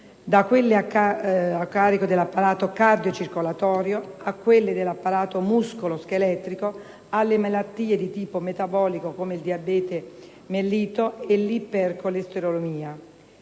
da quelle a carico dell'apparato cardiocircolatorio a quelle e dell'apparato muscolo-scheletrico a quelle di tipo metabolico, come il diabete mellito e l'ipercolesterolemia.